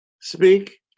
speak